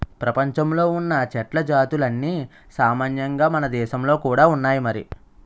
ప్రపంచంలో ఉన్న చెట్ల జాతులన్నీ సామాన్యంగా మనదేశంలో కూడా ఉన్నాయి మరి